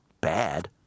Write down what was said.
bad